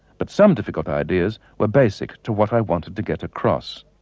but some difficult ideas were basic to what i wanted to get across.